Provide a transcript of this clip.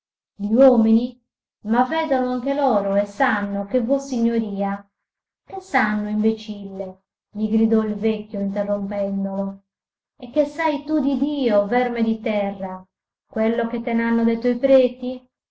gli uomini ma vedono anche loro e sanno che vossignoria che sanno imbecille gli gridò il vecchio interrompendolo e che sai tu di dio verme di terra quello che te n'hanno detto i preti